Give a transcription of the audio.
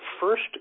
first